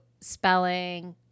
spelling